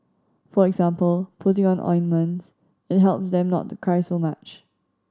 for example putting on ointments it help them not to cry so much